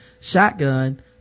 shotgun